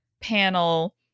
panel